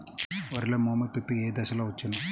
వరిలో మోము పిప్పి ఏ దశలో వచ్చును?